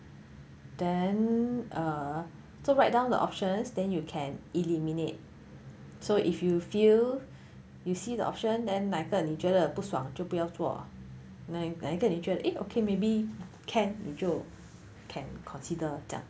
then err so write down the options then you can eliminate so if you feel you see the option then 那一个你觉得不爽就不要那一个你觉得 eh okay maybe can 你就 can consider 这样